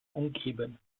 umgeben